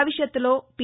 భవిష్యత్తులో పి